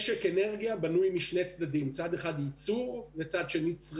משק אנרגיה בנוי משני צדדים ייצור וצריכה.